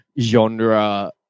genre